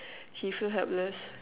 she feel helpless